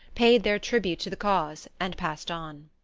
paid their tribute to the cause and passed on.